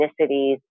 ethnicities